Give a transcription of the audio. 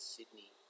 Sydney